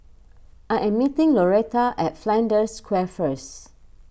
I am meeting Loretta at Flanders Square first